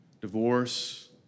divorce